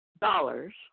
dollars